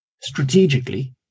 strategically